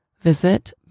Visit